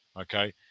okay